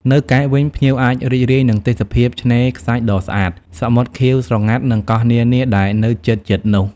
នៅកែបវិញ ភ្ញៀវអាចរីករាយនឹងទេសភាពឆ្នេរខ្សាច់ដ៏ស្អាត សមុទ្រខៀវស្រងាត់ និងកោះនានាដែលនៅជិតៗនោះ។